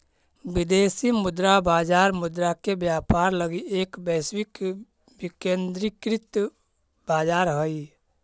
विदेशी मुद्रा बाजार मुद्रा के व्यापार लगी एक वैश्विक विकेंद्रीकृत बाजार हइ